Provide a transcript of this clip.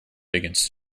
against